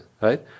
right